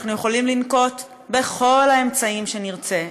אנחנו יכולים לנקוט את כל האמצעים שנרצה,